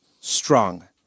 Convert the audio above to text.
strong